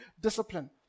discipline